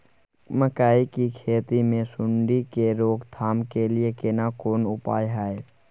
मकई की फसल मे सुंडी के रोक थाम के लिये केना कोन उपाय हय?